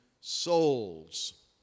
souls